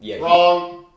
wrong